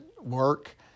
work